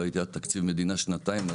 לא היה תקציב מדינה במשך שנתיים,